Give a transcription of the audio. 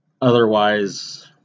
Otherwise